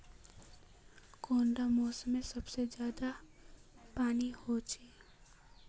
कुंडा मोसमोत सबसे ज्यादा पानी होचे?